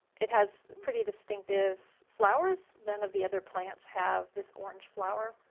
it has pretty distinctive flowers. none of the other plants have this orange flower.